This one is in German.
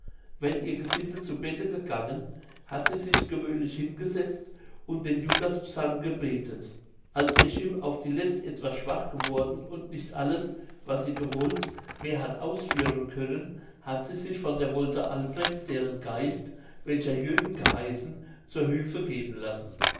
wenn ihr gesinde zu bette gegangen hat sie sich gewöhnlich hingesetzt und den judas psalm gebetet als ihr chim auf die letzt etwas schwach geworden und nicht alles was sie gewollt mehr hat ausführen können hat sie sich von der wolde albrechts deren geist welcher jürgen geheißen zur hülfe geben lassen